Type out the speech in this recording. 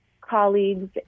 colleagues